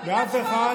אבל זה תומך טרור,